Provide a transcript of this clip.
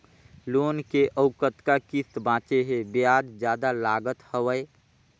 Loan के अउ कतका किस्त बांचें हे? ब्याज जादा लागत हवय,